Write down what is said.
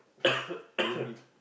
like playing vi~